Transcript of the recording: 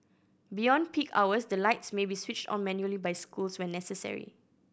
beyond peak hours the lights may be switched on manually by schools when necessary